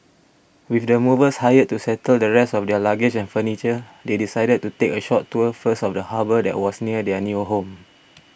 with the movers hired to settle the rest of their luggage and furniture they decided to take a short tour first of the harbour that was near their new home